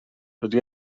dydy